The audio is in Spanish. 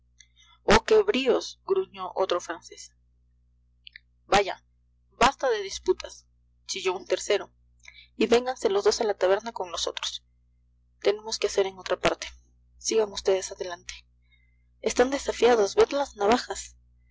oh qué bríos gruñó otro francés vaya basta de disputas chilló un tercero y vénganse los dos a la taberna con nosotros tenemos que hacer en otra parte sigan ustedes adelante están desafiados ved las navajas